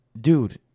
dude